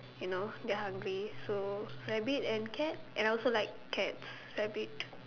you know they are hungry so rabbit and cat and I also like cats rabbit